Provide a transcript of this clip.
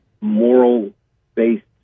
moral-based